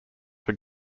were